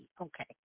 Okay